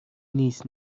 نیست